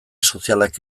sozialak